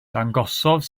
dangosodd